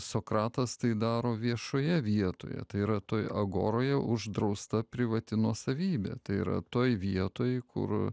sokratas tai daro viešoje vietoje tai yra toj agoroje uždrausta privati nuosavybė tai yra toj vietoj kur